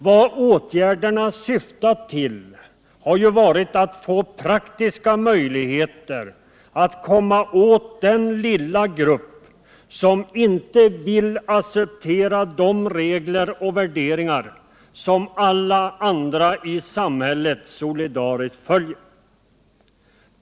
Vad åtgärderna syftat till har ju varit att få praktiska möjligheter att komma åt den lilla grupp som inte vill acceptera de regler och värderingar som alla andra i samhället solidariskt följer.